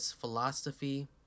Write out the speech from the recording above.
philosophy